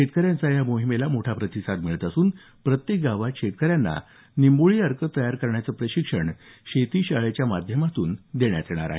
शेतकऱ्यांचा या मोहिमेला मोठा प्रतिसाद मिळत असून प्रत्येक गावात शेतकऱ्यांना निंबोळी अर्क तयार करण्याचं प्रशिक्षण शेतीशाळेच्या माध्यमातून देण्यात येणार आहे